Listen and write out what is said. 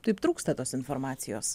taip trūksta tos informacijos